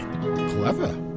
Clever